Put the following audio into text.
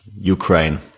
Ukraine